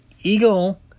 Eagle